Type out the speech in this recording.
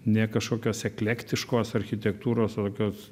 ne kažkokios eklektiškos architektūros tokios